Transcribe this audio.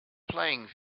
playing